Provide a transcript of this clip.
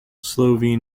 slovene